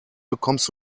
bekommst